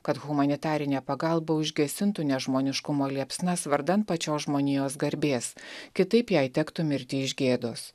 kad humanitarinė pagalba užgesintų nežmoniškumo liepsnas vardan pačios žmonijos garbės kitaip jei tektų mirti iš gėdos